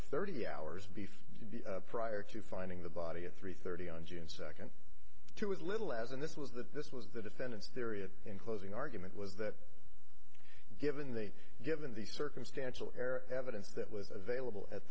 thirty hours before prior to finding the body at three thirty on june second to as little as and this was that this was the defendant's period in closing argument was that given the given the circumstantial air evidence that was available at